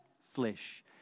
flesh